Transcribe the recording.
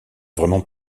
vraiment